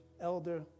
Elder